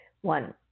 One